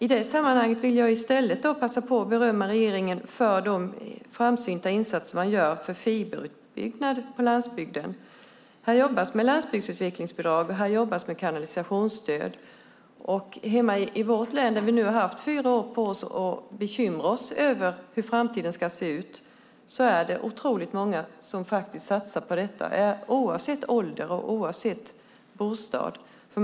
I det sammanhanget vill jag i stället passa på att berömma regeringen för de framsynta insatser man gör för fiberutbyggnad på landsbygden. Här jobbas det med landbygdsutvecklingsbidrag och med kanalisationsstöd. Hemma i vårt län har vi haft fyra år på oss att bekymra oss över hur framtiden ska se ut. Det är otroligt många som satsar på det oavsett ålder och bostad.